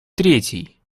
третий